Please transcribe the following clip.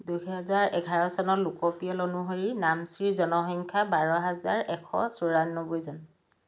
দুহেজাৰ এঘাৰ চনৰ লোকপিয়ল অনুসৰি নামচিৰ জনসংখ্যা বাৰ হেজাৰ এশ চৌৰান্নব্বৈ জন